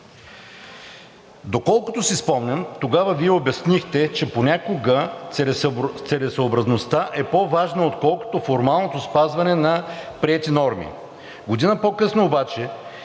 Доколкото си спомням, тогава Вие обяснихте, че понякога целесъобразността е по-важна, отколкото формалното спазване на приети норми. Година по-късно обаче,